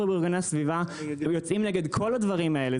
אנחנו בארגוני הסביבה יוצאים נגד כל הדברים האלה.